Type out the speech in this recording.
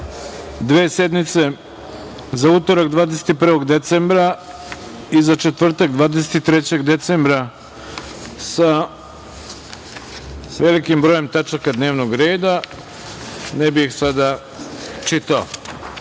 dve sednice, za utorak 21. decembra i za četvrtak 23. decembra, sa velikim brojem tačaka dnevnog reda, ne bih ih sada čitao. Pošto